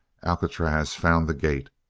alcatraz found the gate.